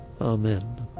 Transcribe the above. amen